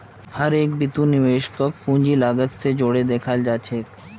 हर एक बितु निवेशकक पूंजीर लागत स जोर देखाला जा छेक